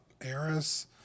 Eris